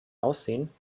aussehen